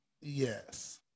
Yes